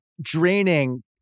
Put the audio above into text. draining